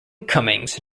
cummings